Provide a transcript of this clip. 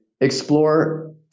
explore